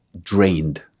drained